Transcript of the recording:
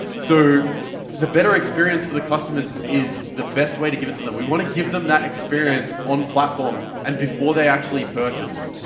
so the better experience for the customers is the best way to give it to them. we want to give them that experience on platform and before they actually purchase.